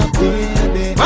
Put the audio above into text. baby